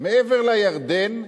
מעבר לירדן,